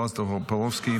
בועז טופורובסקי,